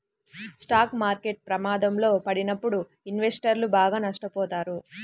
stock market ప్రమాదంలో పడినప్పుడు ఇన్వెస్టర్లు బాగా నష్టపోతారు